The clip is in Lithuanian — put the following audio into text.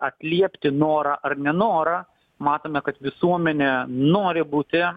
atliepti norą ar nenorą matome kad visuomenė nori būti